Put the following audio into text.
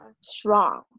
strong